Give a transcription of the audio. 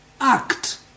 act